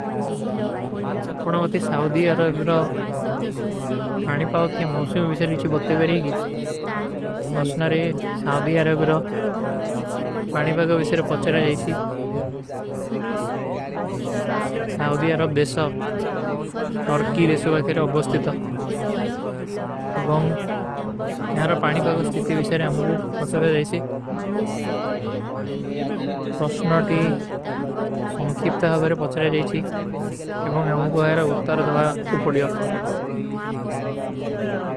ପୁର୍ଣମତି Saudi Arab ରହ ପାଣୀ ପାଗ କିଯା ମୋସ୍ଯମ ଵିଶର ଲିଚୀ ବତେ ବେରେଗୀ। ପ୍ରଶନାରେ ସାଉଧୀ ଅରବ ରହ ପାଣୀ ପାଗ କା ଵିଶର ପଚ୍ଚରା ଜାଯୀଚୀ। ସାଉଧୀ ଅରବ ଦେଶା, ଟର୍କୀ ରେସୋବାଗ କେ ଅବଵସ୍ତିତା। ଏବଂଗ ଯହାରା ପାଣୀ ପାଡା ସ୍ଥିତ୍ତି ଵିଶାରେ ଆମୁଗୂ ପଢସାଦେ ଜାଈଶୀ ପ୍ରଶ୍ନା ତୀ ସଂଖୀପ୍ତା ଭାଵେରେ ପଢସାଦେ ଜାଈଶୀ ଏବଂଗ ଆମୁଗୂ ଆହେରା ଉତ୍ତାର ଦଵାଏଗା କୁଛ ପଢିଯା।